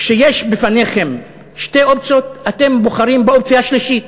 כשיש בפניכם שתי אופציות אתם בוחרים באופציה השלישית,